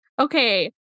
Okay